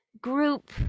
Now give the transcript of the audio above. group